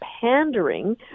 pandering